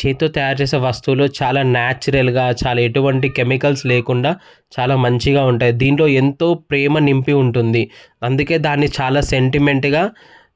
చేతితో తయారు చేసే వస్తువులు చాలా నేచురల్గా చాలా ఎటువంటి కెమికల్స్ లేకుండా చాలా మంచిగా ఉంటాయి దీంట్లో ఎంతో ప్రేమ నింపి ఉంటుంది అందుకే దాన్ని చాలా సెంటిమెంట్గా